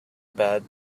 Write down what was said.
bad